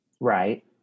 Right